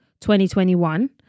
2021